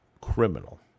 criminal